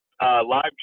live